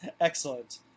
Excellent